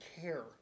care